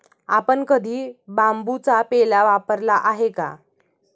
आपण कधी बांबूचा पेला वापरला आहे का?